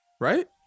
right